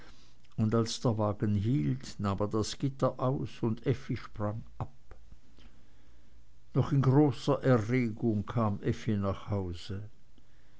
und als der wagen hielt nahm er das gitter aus und effi sprang ab noch in großer erregung kam effi nach hause